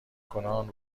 کنان